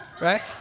Right